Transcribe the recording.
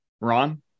Ron